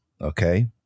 okay